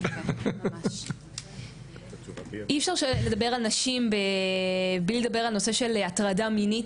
אי אפשר שלדבר על נשים בלי לדבר על נושא של הטרדה מינית